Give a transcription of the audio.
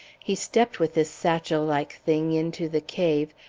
he stepped with this satchel-like thing into the cave,